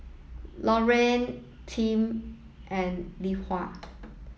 Lorena Team and Lethia